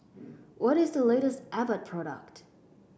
what is the latest Abbott product